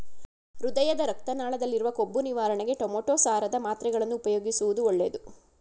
ಹೃದಯದ ರಕ್ತ ನಾಳದಲ್ಲಿರುವ ಕೊಬ್ಬು ನಿವಾರಣೆಗೆ ಟೊಮೆಟೋ ಸಾರದ ಮಾತ್ರೆಗಳನ್ನು ಉಪಯೋಗಿಸುವುದು ಒಳ್ಳೆದು